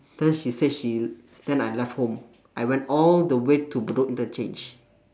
then she said she then I left home I went all the way to bedok interchange